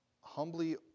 humbly